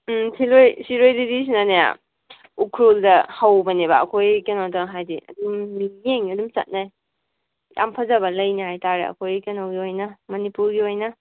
ꯎꯝ ꯁꯤꯔꯣꯏ ꯁꯤꯔꯣꯏ ꯂꯤꯂꯤꯁꯤꯅꯅꯦ ꯎꯈ꯭ꯔꯨꯜꯗ ꯍꯧꯕꯅꯦꯕ ꯑꯩꯈꯣꯏ ꯀꯩꯅꯣꯗ ꯍꯥꯏꯗꯤ ꯃꯤꯉꯩ ꯑꯗꯨꯝ ꯆꯠꯅꯩ ꯌꯥꯝ ꯐꯖꯕ ꯂꯩꯅꯦ ꯍꯥꯏꯇꯥꯔꯦ ꯑꯩꯈꯣꯏ ꯀꯩꯅꯣꯒꯤ ꯑꯣꯏꯅ ꯃꯅꯤꯄꯨꯔꯒꯤ ꯑꯣꯏꯅ